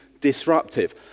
disruptive